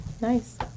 Nice